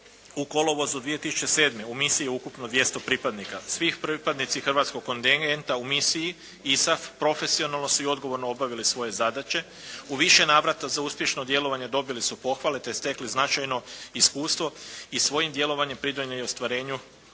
u kolovozu 2007. u misiji je ukupno 200 pripadnika. Svi pripadnici hrvatskog kontingenta u misiji ISAF profesionalno su i odgovorno obavili svoje zadaće. U više navrata za uspješno djelovanje dobili su pohvale te stekli značajno iskustvo i svojim djelovanjem pridonijeli ostvarenju